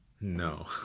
No